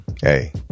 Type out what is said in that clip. Hey